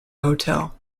hotel